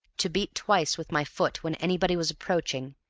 to beat twice with my foot when anybody was approaching,